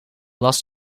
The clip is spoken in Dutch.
las